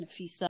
Nafisa